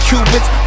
Cubans